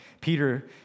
Peter